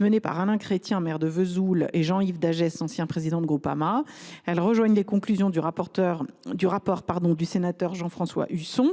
menée par Alain Chrétien, maire de Vesoul, et Jean Yves Dagès, ancien président de Groupama. Elles rejoignent les conclusions du rapport du sénateur Jean François Husson.